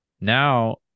Now